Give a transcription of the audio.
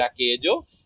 Aquello